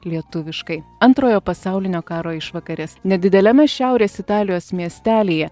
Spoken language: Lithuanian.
lietuviškai antrojo pasaulinio karo išvakarės nedideliame šiaurės italijos miestelyje